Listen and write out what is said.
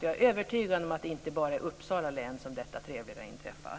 Jag är övertygad om att det inte bara är i Uppsala län som detta trevliga inträffar.